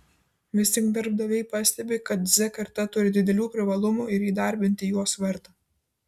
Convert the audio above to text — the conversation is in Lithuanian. vis tik darbdaviai pastebi kad z karta turi didelių privalumų ir įdarbinti juos verta